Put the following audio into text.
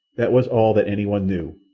that was all that anyone knew,